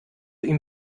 ihm